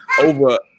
over